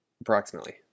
approximately